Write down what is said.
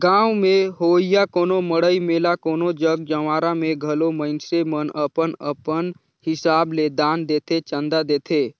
गाँव में होवइया कोनो मड़ई मेला कोनो जग जंवारा में घलो मइनसे मन अपन अपन हिसाब ले दान देथे, चंदा देथे